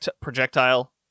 projectile